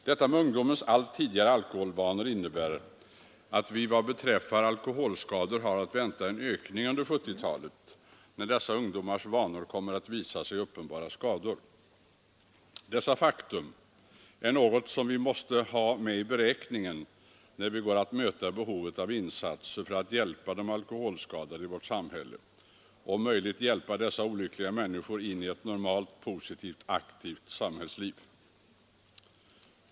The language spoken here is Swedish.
Detta med ungdomens allt tidigare alkoholvanor innebär att vi vad beträffar alkoholskador har att vänta en ökning under 1970-talet, när dessa ungdomars vanor kommer att visa sig i uppenbara skador. Detta faktum är något som vi måste ha med i beräkningen, när vi går att mäta behovet av insatser för att hjälpa de alkoholskadade i vårt samhälle och om möjligt leda dessa olyckliga människor in i ett normalt, positivt aktivt samhällsliv.